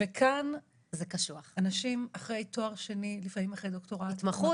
וכאן אנשים אחרי תואר שני ולפעמים אחרי דוקטורט -- התמחות,